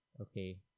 okay